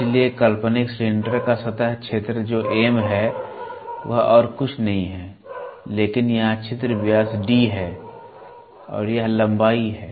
इसलिए काल्पनिक सिलेंडर का सतह क्षेत्र जो M है वह और कुछ नहीं है लेकिन यहाँ छिद्र व्यास D है और यह लंबाई है